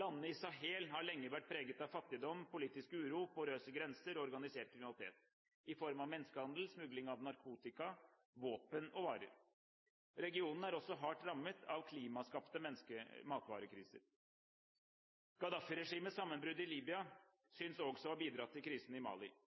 Landene i Sahel har lenge vært preget av fattigdom, politisk uro, porøse grenser og organisert kriminalitet i form av menneskehandel og smugling av narkotika, våpen og varer. Regionen er også hardt rammet av klimaskapte matvarekriser. Gaddafi-regimets sammenbrudd i Libya synes også å ha bidratt til krisen i Mali.